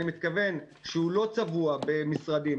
אני מתכוון שהוא לא צבוע במשרדים,